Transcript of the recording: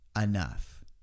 enough